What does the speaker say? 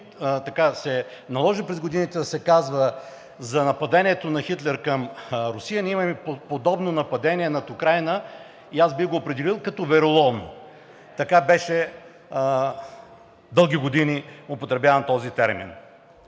както се наложи през годините да се казва за нападението на Хитлер към Русия, ние имаме подобно нападение над Украйна, и аз бих го определил като вероломно. Така беше дълги години употребяван този термин.